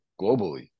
globally